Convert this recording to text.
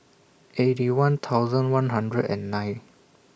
Eighty One thousand one hundred and nine